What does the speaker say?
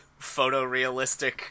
photorealistic